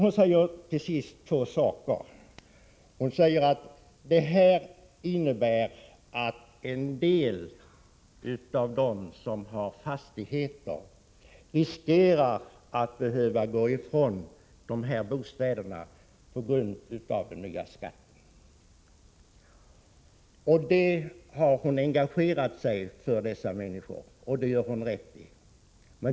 Ingegerd Troedsson säger att en del av dem som har fastigheter riskerar att behöva gå ifrån bostäderna på grund av den nya skatten. Hon har engagerat sig för dessa människor, och det gör hon rätt i.